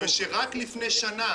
רק לפני שנה